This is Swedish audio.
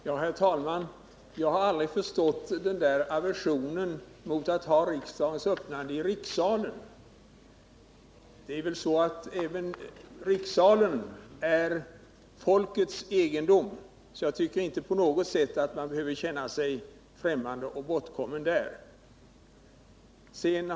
Herr talman! Jag har aldrig förstått den där aversionen mot att ha riksdagens öppnande förlagt till rikssalen. Även rikssalen är folkets egendom, så jag tycker inte att man på något sätt behöver känna sig främmande och bortkommen där.